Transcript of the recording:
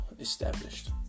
established